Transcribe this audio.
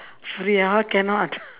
free ah !huh! cannot